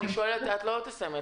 את לא תסיימי,